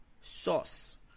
sauce